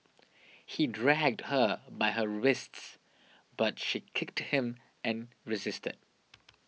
he dragged her by her wrists but she kicked him and resisted